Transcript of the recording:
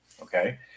Okay